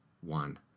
one